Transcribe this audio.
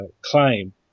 claim